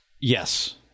Yes